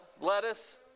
lettuce